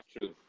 true